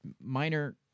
minor